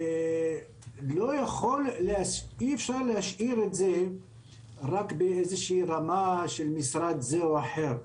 שאי אפשר להשאיר את זה רק ברמה של משרד זה או אחר.